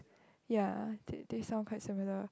ya this this one quite saving up